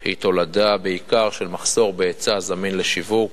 היא בעיקר תולדה של מחסור בהיצע זמין לשיווק,